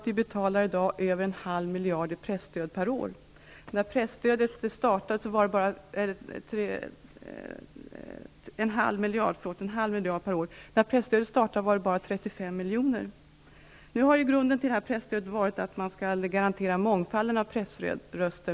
Vi betalar i dag över en halv miljard i presstöd per år. När presstödet infördes var det bara 35 miljoner. Grunden för presstödet var att man skall garantera mångfalden av pressröster.